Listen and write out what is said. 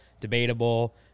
debatable